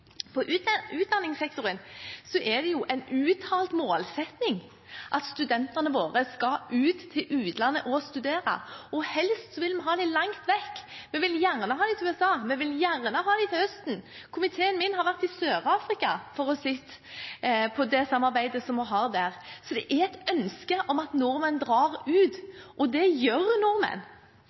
utdanningssektoren er det en uttalt målsetting at studentene våre skal til utlandet og studere, og helst vil vi ha dem langt vekk. Vi vil gjerne ha dem til USA, vi vil gjerne ha dem til Østen. Komiteen min har vært i Sør-Afrika for å se på det samarbeidet som vi har der. Så det er et ønske at nordmenn drar ut, og det gjør nordmenn.